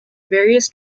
various